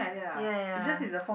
ya ya